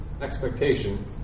Expectation